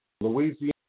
Louisiana